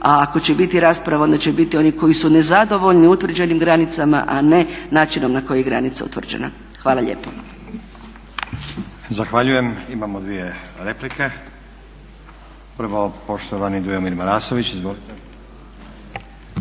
a ako će biti rasprava onda će biti oni koji su nezadovoljni utvrđenim granicama a ne načinom na koji je granica utvrđena. Hvala lijepo. **Stazić, Nenad (SDP)** Zahvaljujem. Imao dvije replike. Prvo poštovani Dujomir Marasović. Izvolite.